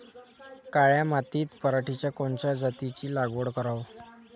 काळ्या मातीत पराटीच्या कोनच्या जातीची लागवड कराव?